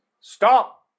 Stop